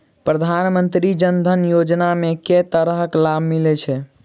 प्रधानमंत्री जनधन योजना मे केँ तरहक लाभ मिलय छै?